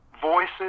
voices